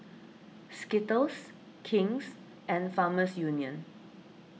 Skittles King's and Farmers Union